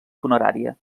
funerària